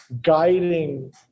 guiding